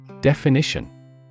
Definition